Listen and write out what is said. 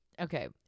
Okay